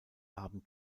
haben